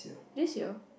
this year